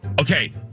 Okay